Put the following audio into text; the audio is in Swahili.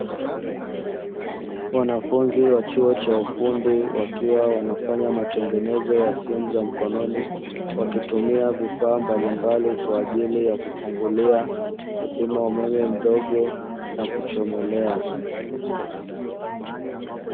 Wanafunzi wa chuo cha ufundi wakiwa wanafanya matengenezo ya simu za mkoni, wakitumia vifaa mbalimbali kwa ajili ya: kufungulia, kupima umeme mdogo na kuchomelea.